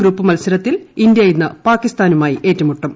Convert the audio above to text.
group മത്സരത്തിൽ India ഇന്ന് പാകിസ്ഥാനുമായി ഏറ്റുമുട്ടും